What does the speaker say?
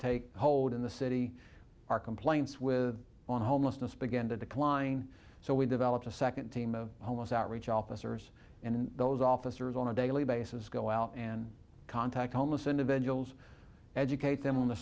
take hold in the city our complaints with on homelessness began to decline so we developed a second team of homes our reach officers and those officers on a daily basis go out and contact homeless individuals educate them on the